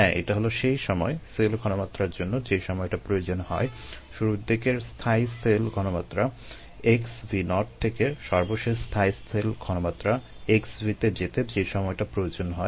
হ্যাঁ এটা হলো সেই সময় সেল ঘনমাত্রার জন্য যে সময়টা প্রয়োজন হয় শুরুর দিকের স্থায়ী সেল ঘনমাত্রা xν0 থেকে সর্বশেষ স্থায়ী সেল ঘনমাত্রা x তে যেতে যে সময়টা প্রয়োজন হয়